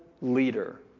leader